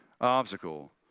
obstacle